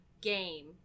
game